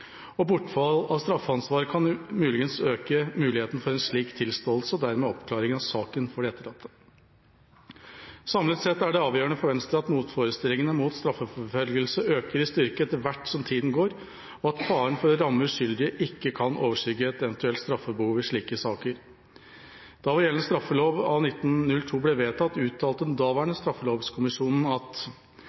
og bortfall av straffeansvar kan muligens øke muligheten for en slik tilståelse, og dermed oppklaring av saken for de etterlatte.» Samlet sett er det avgjørende for Venstre at motforestillingene mot straffeforfølgelse øker i styrke etter hvert som tida går, og at faren for å ramme uskyldige ikke kan overskygge et eventuelt straffebehov i slike saker. Da vår gjeldende straffelov av 1902 ble vedtatt, uttalte den daværende straffelovskommisjonen: